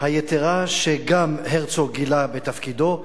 היתירה שגילו גם הרצוג בתפקידו,